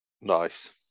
Nice